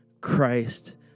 Christ